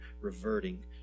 reverting